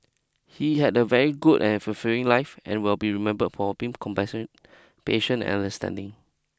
he had a very good and fulfilling life and will be remember for being compassionate patient and understanding